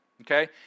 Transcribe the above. okay